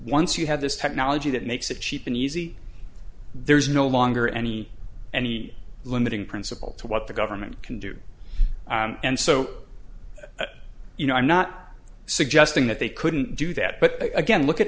once you have this technology that makes it cheap and easy there's no longer any any limiting principle to what the government can do and so you know i'm not suggesting that they couldn't do that but again look at